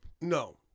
No